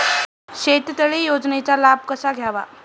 शेततळे योजनेचा लाभ कसा घ्यावा?